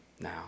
now